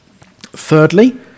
Thirdly